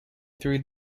through